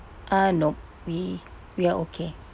uh nope we we are okay